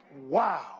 Wow